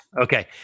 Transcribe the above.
Okay